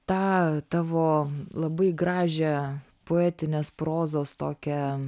tą tavo labai gražią poetinės prozos tokią